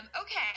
Okay